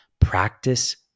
practice